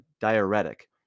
diuretic